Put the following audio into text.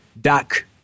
Doc